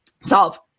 Solve